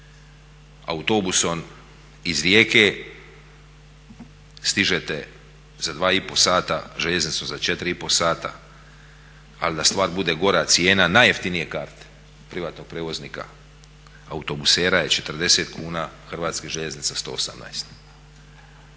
autobusom iz Rijeke stižete za 2,5 sata, željeznicom za 4,5 sata, a da stvar bude gora cijena najjeftinije karte privatnog prijevoznika autobusera je 40 kuna, HŽ-a 118.